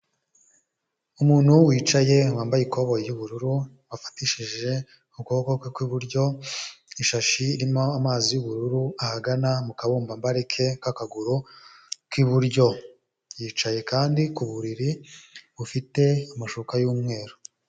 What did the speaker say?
Umuntu wicaye wambaye ikoboyi y'ubururu afatishije ukuboko kwe kw'iburyo, ishashi irimo amazi y'ubururu ahagana mu kabumbambari ke k'akaguru k'iburyo, yicaye kandi ku buriri bufite amashuka y'umweru.